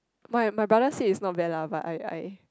my my brother said is not bad lah but I I